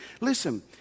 listen